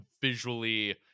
visually